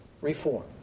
reform